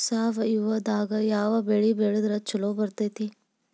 ಸಾವಯವದಾಗಾ ಯಾವ ಬೆಳಿ ಬೆಳದ್ರ ಛಲೋ ಬರ್ತೈತ್ರಿ?